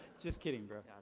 just kidding bro.